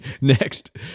Next